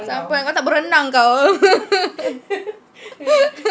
sampan kalau tak berenang kau